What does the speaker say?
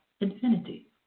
infinity